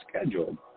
scheduled